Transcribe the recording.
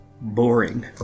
boring